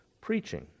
preaching